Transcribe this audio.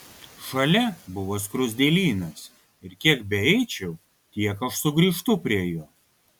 šalia buvo skruzdėlynas ir kiek beeičiau tiek aš sugrįžtu prie jo